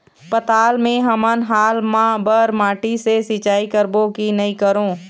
पताल मे हमन हाल मा बर माटी से सिचाई करबो की नई करों?